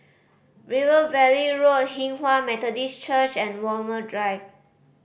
River Valley Road Hinghwa Methodist Church and Walmer Drive